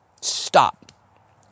stop